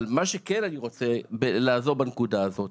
מה שכן אני רוצה לעזור בנקודה הזאת,